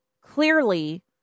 clearly